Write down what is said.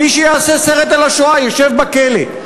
מי שיעשה סרט על השואה ישב בכלא.